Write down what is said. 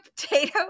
potato